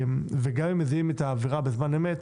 וגם את מזהים את העבירה בזמן אמת,